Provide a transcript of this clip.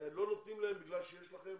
לא נותנים להם בגלל שיש לכם